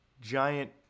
giant